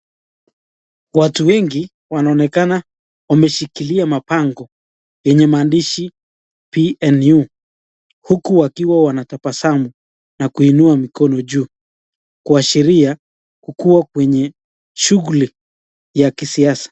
Watu wengi, wanaonekana wameshikilia mabango, yenye maandishi pnu , huku wakiwa wanatabasamu, na kuinua mikono juu, kuashiria kukuwa kwenye shughuli ya kisiasa.